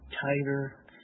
tighter